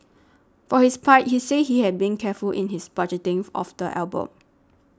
for his part he said he had been careful in his budgeting of the album